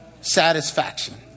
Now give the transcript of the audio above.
satisfaction